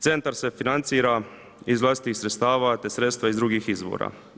Centar se financira iz vlastitih sredstava te sredstva iz drugih izvora.